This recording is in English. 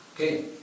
Okay